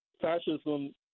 Fascism